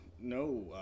No